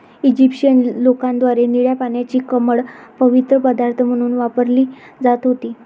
Egyptian लोकांद्वारे निळ्या पाण्याची कमळ पवित्र पदार्थ म्हणून वापरली जात होती